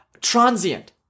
transient